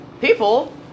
people